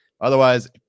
Otherwise